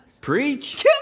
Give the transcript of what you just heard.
Preach